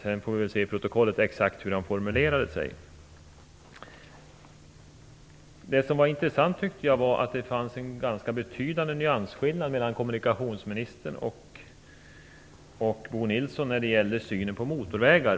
Sedan får vi väl se i protokollet exakt hur han formulerade sig. Det som var intressant tyckte jag var att det fanns en ganska betydande nyansskillnad mellan kommunikationsministern och Bo Nilsson när det gällde synen på motorvägar.